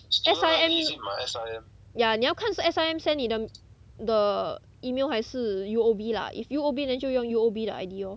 S_I_M yeah 你要看是 S_I_M send 你的的 email 还是 U_O_B lah if U_O_B then 就用 U_O_B 的 I_D lor